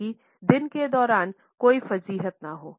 ताकि दिन के दौरान कोई फ़ज़ीहत न हो